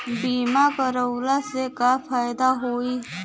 बीमा करवला से का फायदा होयी?